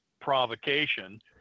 provocation